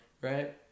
right